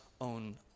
own